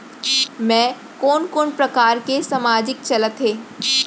मैं कोन कोन प्रकार के सामाजिक चलत हे?